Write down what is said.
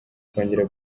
kongera